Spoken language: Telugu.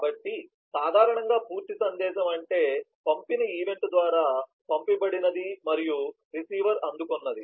కాబట్టి సాధారణంగా పూర్తి సందేశం అంటే పంపిన ఈవెంట్ ద్వారా పంపబడినది మరియు రిసీవర్ అందుకున్నది